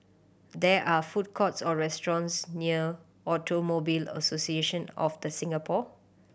there are food courts or restaurants near Automobile Association of The Singapore